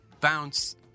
bounce